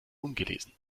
ungelesen